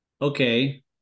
okay